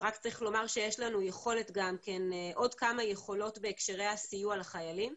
רק צריך לומר שיש לנו עוד כמה יכולות בהקשרי הסיוע לחיילים,